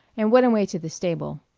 and went away to the stable.